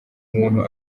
umuntu